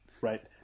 right